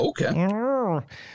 Okay